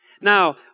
Now